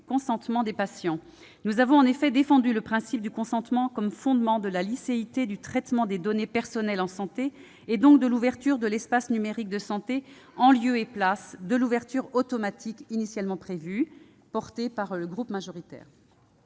consentement des patients. Nous avons défendu le principe du consentement comme fondement de la licéité du traitement des données personnelles en santé, et donc de l'ouverture de l'espace numérique de santé, en lieu et place de l'ouverture automatique initialement prévue et portée par le groupe majoritaire.